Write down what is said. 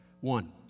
One